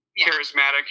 charismatic